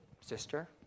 Sister